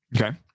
Okay